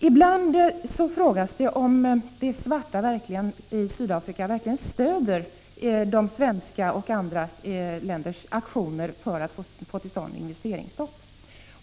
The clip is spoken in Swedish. Ibland frågas om de svarta i Sydafrika verkligen stöder Sveriges och andra länders aktioner för att få till stånd investeringsstopp.